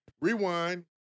Rewind